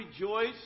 rejoice